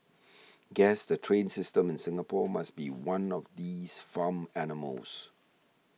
guess the train system in Singapore must be one of these farm animals